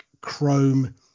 Chrome